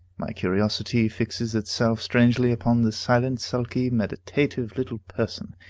my curiosity fixes itself strangely upon this silent, sulky, meditative little person,